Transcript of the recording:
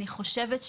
אני חושבת